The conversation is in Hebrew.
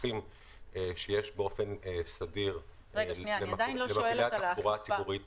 באופן סדיר למפעילי התחבורה הציבורית.